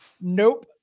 nope